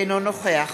אינו נוכח